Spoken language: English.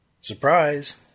Surprise